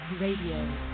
Radio